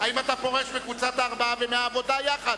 האם אתה פורש מקבוצת הארבעה ומהעבודה יחד?